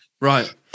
right